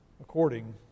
according